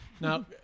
Now